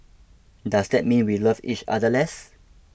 does that mean we love each other less